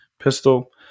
pistol